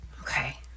Okay